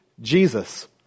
Jesus